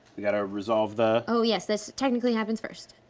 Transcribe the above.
you gotta resolve the oh yes, this technically happens first,